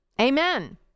Amen